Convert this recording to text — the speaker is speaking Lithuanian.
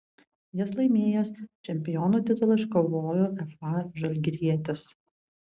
jas laimėjęs čempionų titulą iškovojo fa žalgirietis